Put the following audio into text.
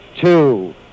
two